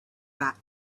that